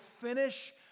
finish